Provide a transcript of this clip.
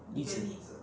例子